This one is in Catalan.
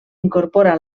incorpora